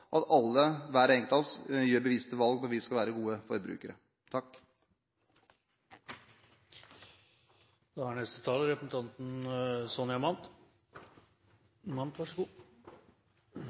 hver enkelt av oss gjør bevisste valg når vi skal være gode forbrukere. Takk